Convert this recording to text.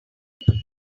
night